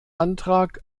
antrag